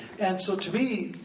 and so to me,